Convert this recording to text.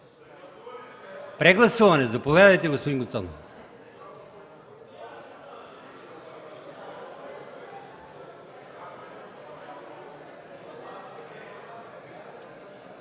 Прегласуване – заповядайте, господин Гуцанов.